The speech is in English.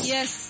Yes